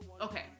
Okay